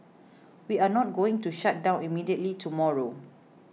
we are not going to shut down immediately tomorrow